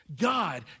God